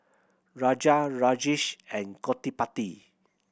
Raja Rajesh and Gottipati